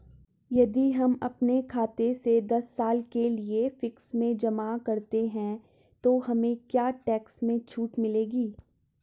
यदि हम अपने खाते से दस साल के लिए फिक्स में जमा करते हैं तो हमें क्या टैक्स में छूट मिलेगी?